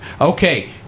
okay